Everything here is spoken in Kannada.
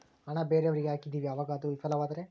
ಹಣ ಬೇರೆಯವರಿಗೆ ಹಾಕಿದಿವಿ ಅವಾಗ ಅದು ವಿಫಲವಾದರೆ?